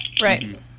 Right